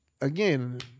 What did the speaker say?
again